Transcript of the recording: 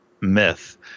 myth